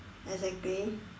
exactly